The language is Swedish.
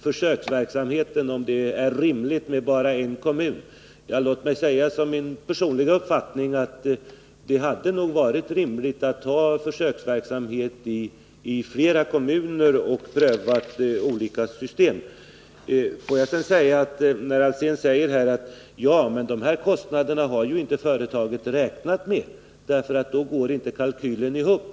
Försöksverksamheten, och frågan om det är rimligt med bara en försökskommun: Låt mig som min personliga uppfattning säga att det nog hade varit rimligt att ha försöksverksamhet i flera kommuner och att pröva olika system. I det sammanhanget vill jag återkomma till det herr Alsén sade om kostnaderna. Han sade: Kostnader för detta har ju företaget inte räknat med, och då går inte kalkylen ihop.